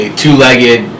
two-legged